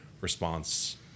response